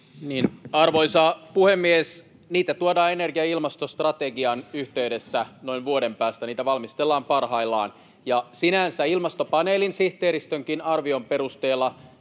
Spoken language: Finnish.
Arvoisa puhemies! Niitä tuodaan energia- ja ilmastostrategian yhteydessä noin vuoden päästä, niitä valmistellaan parhaillaan. Sinänsä Ilmastopaneelin sihteeristönkin arvion perusteella